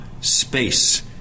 Space